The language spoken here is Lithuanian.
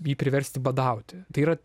jį priversti badauti tai yra